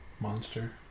Monster